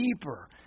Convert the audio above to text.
deeper